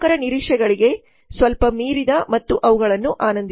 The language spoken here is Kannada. ಗ್ರಾಹಕರ ನಿರೀಕ್ಷೆಗಳಿಗೆ ಸ್ವಲ್ಪ ಮೀರಿದ ಮತ್ತು ಅವುಗಳನ್ನು ಆನಂದಿಸಲು